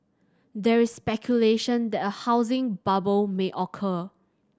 there is speculation that a housing bubble may occur